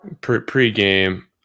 Pre-game